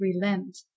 relent